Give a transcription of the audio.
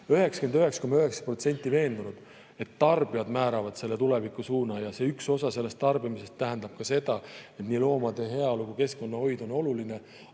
99,9% veendunud, et tarbijad määravad selle tulevikusuuna. Üks osa tarbimisest tähendab seda, et nii loomade heaolu kui ka keskkonnahoid on oluline,